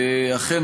אכן,